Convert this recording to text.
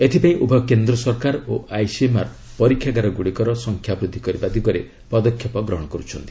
ଏଥିପାଇଁ ଉଭୟ କେନ୍ଦ୍ର ସରକାର ଓ ଆଇସିଏମ୍ଆର୍ ପରୀକ୍ଷାଗାର ଗୁଡ଼ିକରେ ସଂଖ୍ୟା ବୃଦ୍ଧି କରିବା ଦିଗରେ ପଦକ୍ଷେପ ଗ୍ରହଣ କରୁଛନ୍ତି